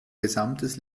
gesamtes